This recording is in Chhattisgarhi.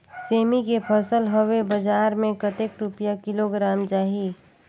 सेमी के फसल हवे बजार मे कतेक रुपिया किलोग्राम जाही?